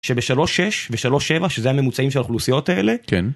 שב-3.6 ו-3.7, שזה הממוצעים של האוכלוסיות האלה.